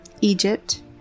Egypt